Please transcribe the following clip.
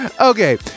okay